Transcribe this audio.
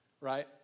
Right